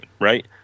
right